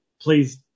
please